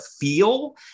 feel